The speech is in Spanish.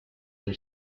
del